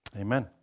Amen